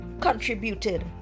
contributed